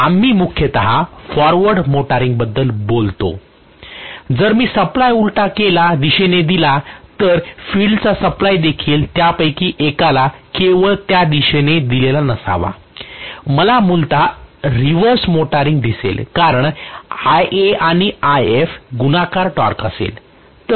आम्ही मुख्यत फॉरवर्ड मोटारींगबद्दल बोलतो जर मी सप्लाय उलट दिशेने दिला तर फील्ड चा सप्लाय देखील त्यापैकी एकाला केवळ त्या दिशेने दिलेला नसावा मला मूलत रिव्हर्स मोटरिंग दिसेल कारण Ia आणि If गुणाकार टॉर्क असेल तर